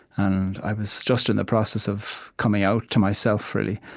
and i was just in the process of coming out to myself, really,